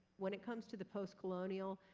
when it comes to the post-colonial,